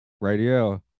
Radio